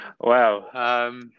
Wow